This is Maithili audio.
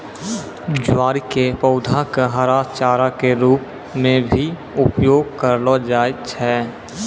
ज्वार के पौधा कॅ हरा चारा के रूप मॅ भी उपयोग करलो जाय छै